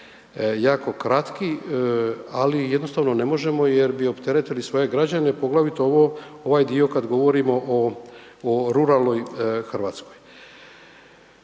jako kratki, ali jednostavno ne možemo jer bi opteretili svoje građane, poglavito ovaj dio kad govorimo o ruralnoj Hrvatskoj.